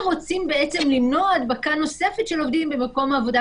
ורוצים למנוע הדבקה נוספת של עובדים במקום העבודה.